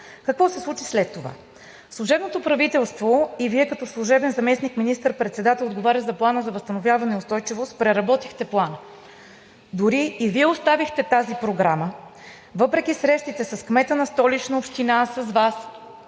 Какво се случи след това? Служебното правителство и Вие, като служебен заместник министър-председател, отговарящ за Плана за възстановяване и устойчивост преработихте Плана. Дори и Вие оставихте тази програма, въпреки срещите с кмета на Столична община – с Вас,